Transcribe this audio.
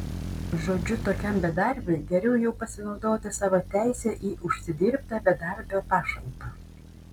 žodžiu tokiam bedarbiui geriau jau pasinaudoti savo teise į užsidirbtą bedarbio pašalpą